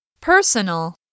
Personal